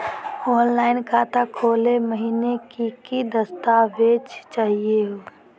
Online खाता खोलै महिना की की दस्तावेज चाहीयो हो?